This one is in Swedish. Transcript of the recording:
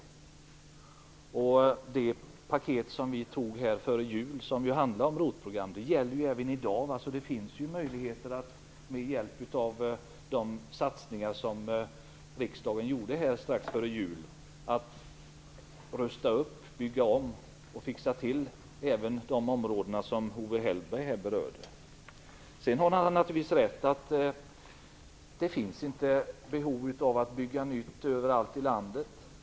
Det paket som vi antog före jul, som handlar om ROT-program, gäller även i dag. Det finns ju möjligheter, med hjälp av de satsningar som riksdagen gjorde strax före jul, att rusta upp, bygga om och fixa till även de områden som Owe Hellberg här berörde. Han har naturligtvis rätt i att det inte finns behov av att bygga nytt överallt i landet.